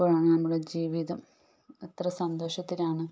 അപ്പോഴാണ് നമ്മളെ ജീവിതം എത്ര സന്തോഷത്തിലാണ്